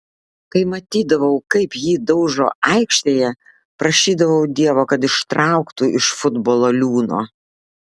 kai matydavau kaip jį daužo aikštėje prašydavau dievo kad ištrauktų iš futbolo liūno